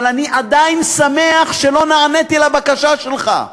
אבל אני עדיין שמח שלא נעניתי לבקשה שלך,